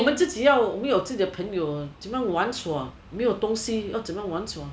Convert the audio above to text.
ya 我们自己要我们有自己的朋友怎么样玩耍没有东西要怎样玩耍